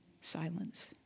silence